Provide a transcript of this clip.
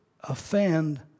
offend